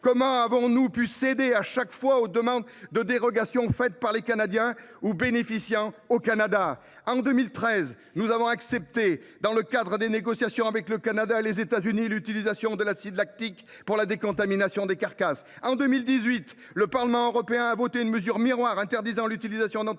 Comment avons nous pu céder à chaque fois aux demandes de dérogation faites par les Canadiens ou bénéficiant au Canada ? En 2013, nous avons accepté, dans le cadre des négociations avec le Canada et les États Unis, l’utilisation de l’acide lactique pour la décontamination des carcasses. En 2018, le Parlement européen a voté une mesure miroir interdisant l’utilisation d’antibiotiques